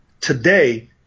Today